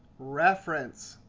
reference.